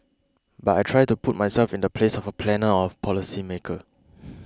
but I try to put myself in the place of a planner or a policy maker